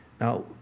now